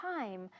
time